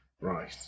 Right